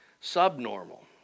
subnormal